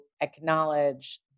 acknowledge